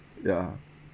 ya